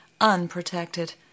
unprotected